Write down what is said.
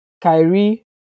Kyrie